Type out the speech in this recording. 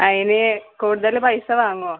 അതിന് കൂടുതൽ പൈസ വാങ്ങുമോ